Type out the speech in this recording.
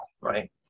Right